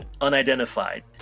unidentified